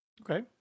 Okay